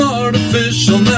artificial